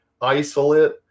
Isolate